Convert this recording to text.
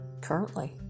currently